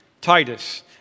Titus